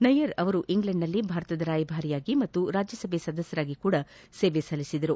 ನಯ್ಕರ್ ಅವರು ಇಂಗ್ಲೆಂಡ್ನಲ್ಲಿ ಭಾರತದ ರಾಯಭಾರಿಯಾಗಿ ಹಾಗೂ ರಾಜ್ಯಸಭಾ ಸದಸ್ಟರಾಗಿ ಸಹ ಸೇವೆ ಸಲ್ಲಿಸಿದ್ದಾರೆ